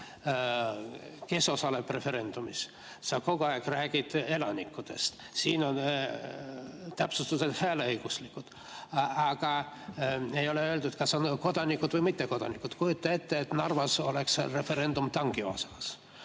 Kes osaleb referendumil? Sa kogu aeg räägid elanikest. Siin on täpsustus: "hääleõiguslikud", aga ei ole öeldud, kas kodanikud või mittekodanikud. Kujuta ette, et Narvas oleks referendum tanki teemal.